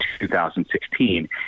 2016